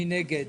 מי נגד?